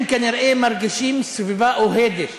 הם כנראה מרגישים סביבה אוהדת.